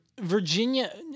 Virginia